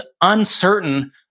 uncertain